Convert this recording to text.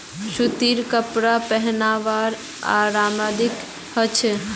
सूतीर कपरा पिहनवार आरामदायक ह छेक